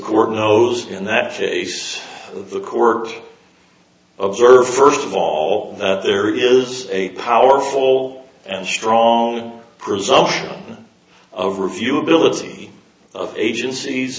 court knows in that case the court observe first of all there is a powerful and strong presumption of review ability of agencies